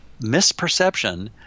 misperception